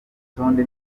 rutonde